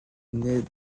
nait